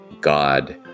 God